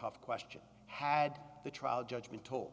tough question had the trial judgment toll